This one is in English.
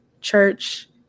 church